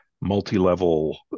multi-level